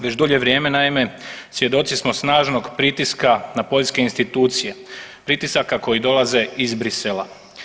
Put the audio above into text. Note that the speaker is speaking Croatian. Već dulje vrijeme naime svjedoci smo snažnog pritiska na poljske institucije, pritisaka koji dolaze iz Bruxellesa.